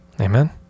Amen